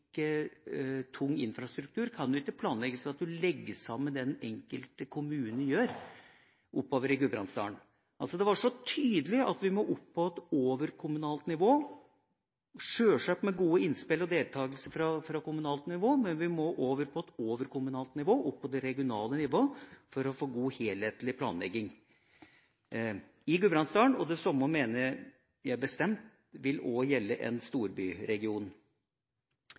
tung infrastruktur ikke kan planlegges ved å legge sammen det den enkelte kommune gjør oppover i Gudbrandsdalen. Det var så tydelig at vi må opp på et overkommunalt nivå – selvsagt med gode innspill og deltakelse fra kommunalt nivå. Men vi må over på et overkommunalt nivå – opp på det regionale nivået – for å få god helhetlig planlegging i Gudbrandsdalen. Og det samme mener jeg bestemt også vil gjelde en storbyregion.